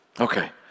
okay